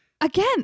Again